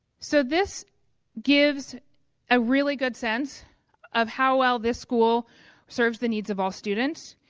so this gives a really good sense of how well this school serves the needs of all students.